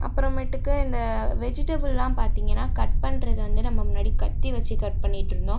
அப்புறமேட்டுக்கு இந்த வெஜிட்டபுலாம் பார்த்தீங்கன்னா கட் பண்ணுறது வந்து நம்ம முன்னாடி கத்தி வச்சு கட் பண்ணிட்ருந்தோம்